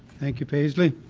thank you paisley.